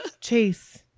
Chase